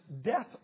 death